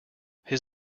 his